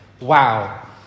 wow